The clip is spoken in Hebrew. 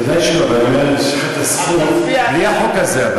ודאי שלא, אבל עדיין יש לך זכות, בלי החוק הזה.